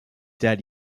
étaient